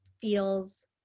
feels